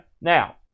Now